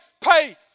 pay